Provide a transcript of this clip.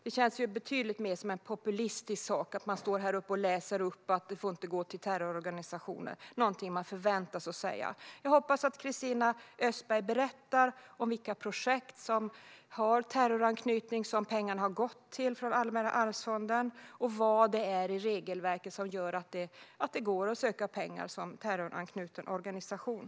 Det känns betydligt mer populistiskt att man står här och läser upp att dessa medel inte får gå till terrororganisationer. Det är någonting som man förväntas säga. Jag hoppas att Christina Östberg berättar vilka projekt som har terroranknytning och som pengar från Allmänna arvsfonden har gått till och vad det är i regelverket som gör att det går att söka pengar som terroranknuten organisation.